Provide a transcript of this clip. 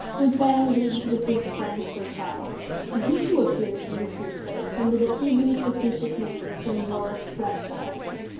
was then leagued with his friend sir charles, and he too appears in the three clerks under the feebly facetious name of sir warwick west end.